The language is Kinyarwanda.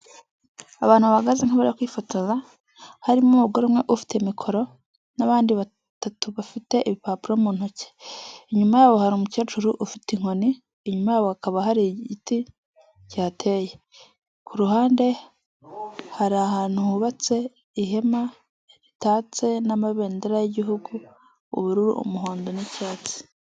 Abantu bahagaze ntibaburara kwifotoza harimo umugore umwe ufite mikoro n'abandi batatu bafite ibipapuro mu ntoki, inyuma yabo hari umukecuru ufite inkoni, inyuma yabo hakaba hari igiti kihateye, ku ruhande hari ahantu hubatse ihema ritatse n'amabendera y'igihugu ubururu umuhondo n'icyatsi.